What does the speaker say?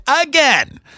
again